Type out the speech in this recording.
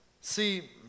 See